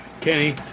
Kenny